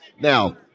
Now